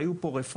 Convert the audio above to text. היו פה רפורמות.